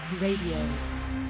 Radio